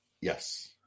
Yes